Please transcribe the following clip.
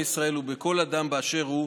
בכל עם ישראל ובכל אדם באשר הוא,